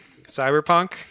Cyberpunk